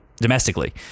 domestically